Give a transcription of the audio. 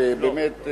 שבאמת,